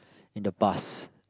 in the past